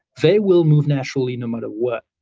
they will move naturally no matter what.